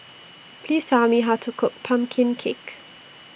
Please Tell Me How to Cook Pumpkin Cake